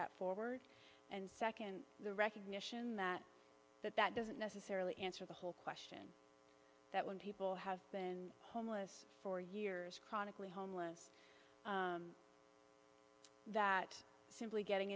that forward and second the recognition that that that doesn't necessarily answer the whole that when people have been homeless for years chronically homeless that simply getting